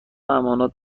امانات